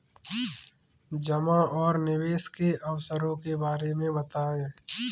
जमा और निवेश के अवसरों के बारे में बताएँ?